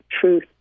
truth